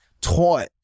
taught